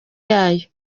yayo